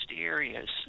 areas